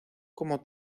como